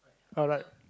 alright